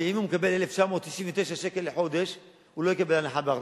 מקבל 1,999 שקל בחודש, הוא לא יקבל הנחה בארנונה.